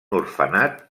orfenat